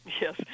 Yes